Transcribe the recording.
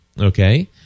Okay